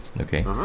Okay